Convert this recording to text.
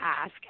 ask